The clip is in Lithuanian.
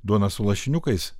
duona su lašiniukais